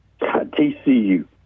TCU